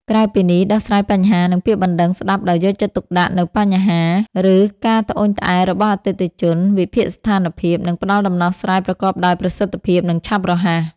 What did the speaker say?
ក្រៅពីនេះ ដោះស្រាយបញ្ហា និងពាក្យបណ្ដឹងស្ដាប់ដោយយកចិត្តទុកដាក់នូវបញ្ហា ឬការត្អូញត្អែររបស់អតិថិជន វិភាគស្ថានភាព និងផ្ដល់ដំណោះស្រាយប្រកបដោយប្រសិទ្ធភាព និងឆាប់រហ័ស។